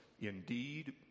indeed